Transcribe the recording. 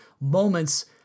moments